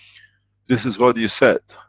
this is what you said,